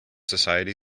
society